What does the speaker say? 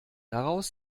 daraus